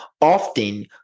often